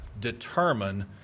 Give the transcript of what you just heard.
determine